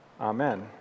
Amen